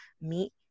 meet